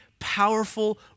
powerful